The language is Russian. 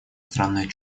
странное